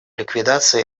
ликвидации